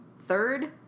third